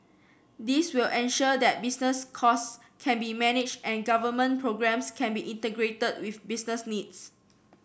this will ensure that business costs can be managed and government programmes can be integrated with business needs